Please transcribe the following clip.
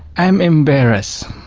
i am embarrassed.